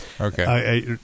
Okay